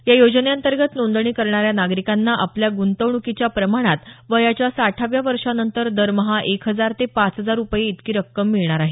या योजनेंतर्गत नोंदणी करणाऱ्या नागरिकांना आपल्या ग्रंतवण्कीच्या प्रमाणात वयाच्या साठाव्या वर्षानंतर दरमहा एक हजार ते पाच हजार रूपये इतकी रक्कम मिळणार आहे